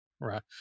Right